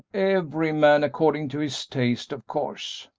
every man according to his taste, of course,